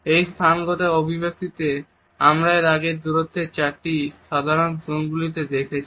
এই স্থানগত অভিব্যক্তিতে আমরা এর আগেই দূরত্বের চারটি সাধারণ জোন গুলিকে দেখেছি